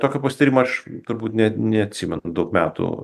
tokio pasitarimo aš turbūt net neatsimenu daug metų